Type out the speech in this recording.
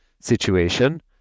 situation